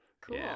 Cool